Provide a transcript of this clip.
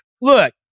look